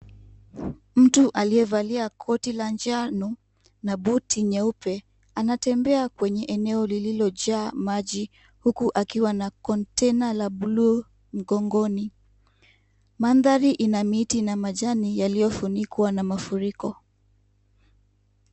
Mtu aliyevalia koti la njano na buti nyeupe anatembea kwenye eneo lililojaa maji huku akiwa na container la buluu mgongoni, mandhari ina miti na majani yaliyofunukwa na mafuriko .